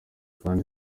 kandi